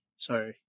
sorry